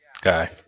guy